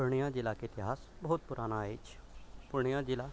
पूर्णिया जिलाके इतिहास बहुत पुराना अछि पूर्णिया जिला